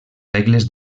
regles